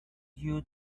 you